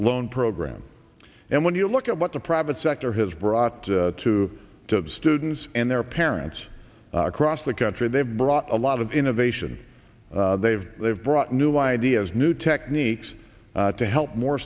loan program and when you look at what the private sector has brought to the students and their parents across the country they've brought a lot of innovation they've they've brought new ideas new techniques to help more